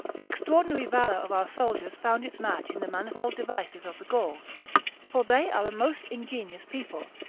the extraordinary valour of our soldiers found its match in the manifold devices of the gauls for they are a most ingenious people,